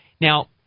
now